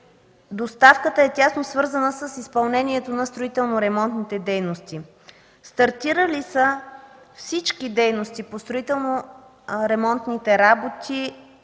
доставката е тясно свързана с изпълнението на строително-ремонтните дейности. Стартирали са всички дейности по строително-ремонтните работи